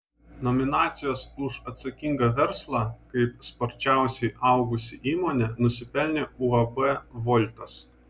nominacijos už atsakingą verslą kaip sparčiausiai augusi įmonė nusipelnė uab voltas